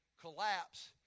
collapse